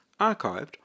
archived